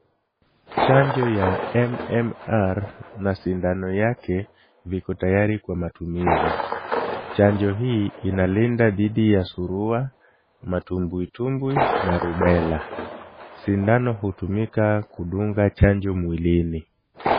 Chanjo ya MMR na sindano yake viko tayari kwa matumizi. Chanjo hii inalinda dhidi ya surua, matumbwitumbwi na rubela. Sindano hutumika kudunga chanjo mwilini.